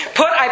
put